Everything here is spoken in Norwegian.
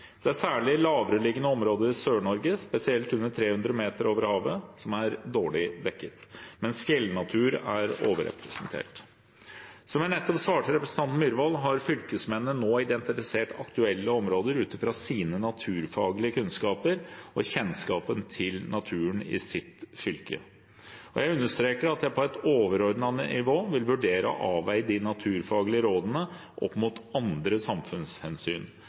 Det er særlig lavereliggende områder i Sør-Norge, spesielt under 300 moh., som er dårlig dekket, mens fjellnatur er overrepresentert. Som jeg nettopp svarte representanten Myhrvold, har fylkesmennene nå identifisert aktuelle områder ut fra sine naturfaglige kunnskaper og kjennskapen til naturen i sitt fylke. Jeg understreker at jeg på et overordnet nivå vil vurdere og avveie de naturfaglige rådene opp mot andre samfunnshensyn.